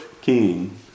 king